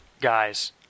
guys